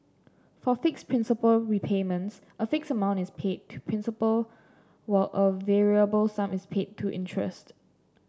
for fixed principal repayments a fixed amount is paid to principal while a variable sum is paid to interest